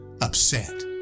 upset